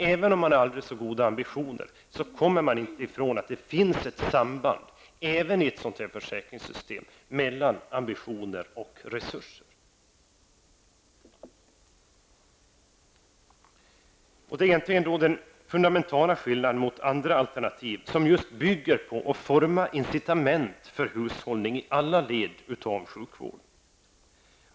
Även om man har aldrig så goda ambitioner kommer man inte ifrån att det finns ett samband även i ett sådant försäkringssystem mellan ambitioner och resurser. Detta är egentligen den fundamentala skillnaden mot andra alternativ som just bygger på att forma incitament för hushållning i alla led av sjukvården.